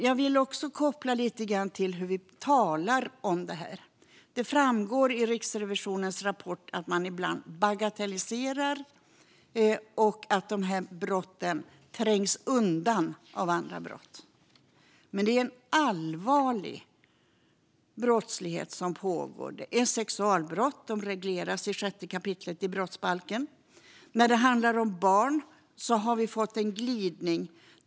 Jag vill också koppla detta lite till hur vi talar om frågan. Det framgår i Riksrevisionens rapport att man ibland bagatelliserar dessa brott och att de trängs undan av andra brott. Men det är en allvarlig brottslighet som pågår - det är sexualbrott, som regleras i 6 kap. brottsbalken. När det handlar om barn har vi fått en glidning.